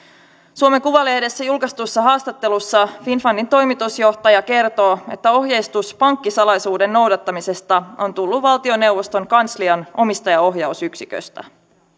suomen kuvalehdessä julkaistussa haastattelussa finnfundin toimitusjohtaja kertoo että ohjeistus pankkisalaisuuden noudattamisesta on tullut valtioneuvoston kanslian omistajaohjausyksiköstä